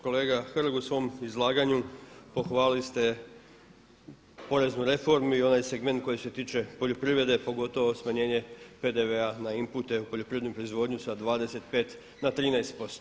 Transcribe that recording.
Kolega Hrg u svom izlaganju pohvalili ste poreznu reformu i onaj segment koji se tiče poljoprivrede pogotovo smanjenje PDV-a na inpute u poljoprivrednoj proizvodnji sa 25 na 13%